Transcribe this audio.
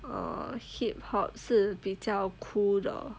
uh hip hop 是比较 cool 的